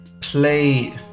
play